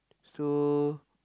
so